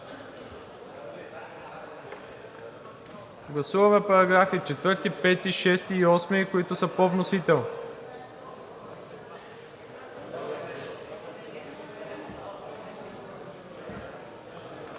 гласуване параграфи 4, 5, 6 и 8, които са по вносител.